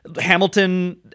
Hamilton